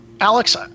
Alex